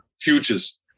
futures